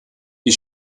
die